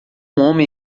homem